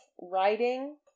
writing